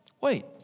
wait